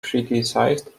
criticized